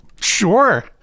Sure